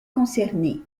concerné